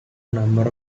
number